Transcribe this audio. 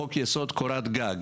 חוק-יסוד קורת גג,